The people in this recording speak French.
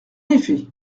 effet